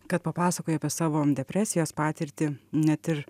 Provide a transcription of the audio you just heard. kad papasakojo apie savo depresijos patirtį net ir